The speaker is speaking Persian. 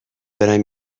برم